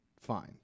Fine